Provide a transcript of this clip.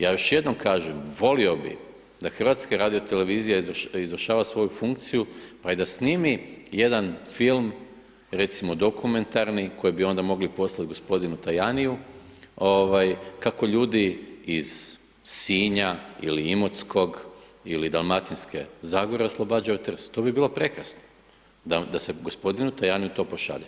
Ja još jednom kažem, da HRT izvršava svoju funkciju, pa da i snim jedan film, recimo dokumentarni, koji bi onda mogli poslati gospodinu Tajaniju, kako ljudi iz Sinja ili Imotskog ili Dalmatinske zagore oslobađaju Trst, to bi bilo prekrasno, da se gospodinu Tajaniju to pošalje.